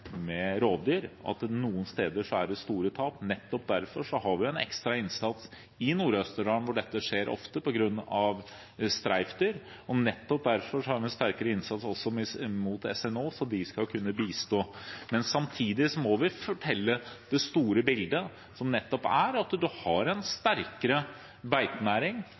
vi en ekstra innsats i Nord-Østerdal, hvor dette skjer ofte på grunn av streifdyr. Og nettopp derfor har vi en sterkere innsats overfor SNO, sånn at de skal kunne bistå. Men samtidig må vi fortelle om det store bildet, som nettopp er at man har en sterkere beitenæring